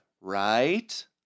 right